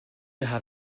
have